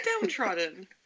Downtrodden